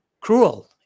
cruel